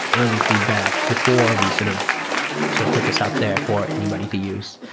early feedback before we sort of so put this out there for anybody to use.